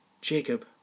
Jacob